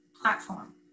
platform